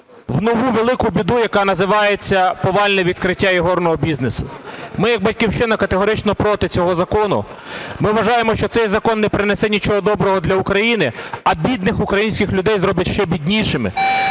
в нову велику біду, яка називається "повальне відкриття ігорного бізнесу". Ми як "Батьківщина" категорично проти цього закону. Ми вважаємо, що цей закон не принесе нічого доброго для України, а бідних українських людей зробить ще біднішими.